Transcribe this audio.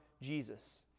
Jesus